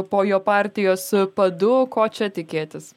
po jo partijos padu ko čia tikėtis